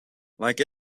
like